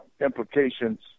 implications